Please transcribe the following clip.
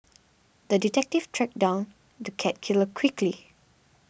the detective tracked down the cat killer quickly